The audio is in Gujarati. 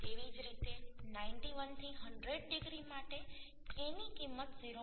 તેવી જ રીતે 91 થી 100 ડિગ્રી માટે K ની કિંમત 0